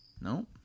No